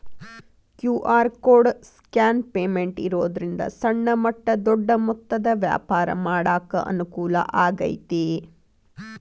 QR code scan payment ಇರೋದ್ರಿಂದ ಸಣ್ಣ ಮಟ್ಟ ದೊಡ್ಡ ಮೊತ್ತದ ವ್ಯಾಪಾರ ಮಾಡಾಕ ಅನುಕೂಲ ಆಗೈತಿ